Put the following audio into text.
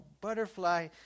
butterfly